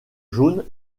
jaunes